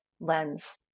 lens